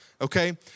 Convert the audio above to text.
okay